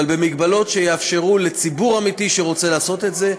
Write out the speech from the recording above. אבל במגבלות שיאפשרו לציבור אמיתי שרוצה לעשות את זה,